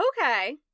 okay